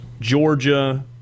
Georgia